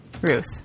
Ruth